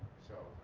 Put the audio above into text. so,